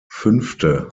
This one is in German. fünfte